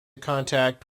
contact